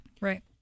Right